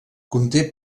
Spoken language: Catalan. conté